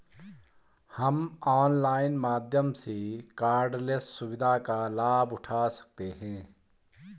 हम ऑनलाइन माध्यम से कॉर्डलेस सुविधा का लाभ उठा सकते हैं